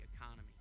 economy